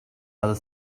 other